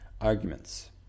arguments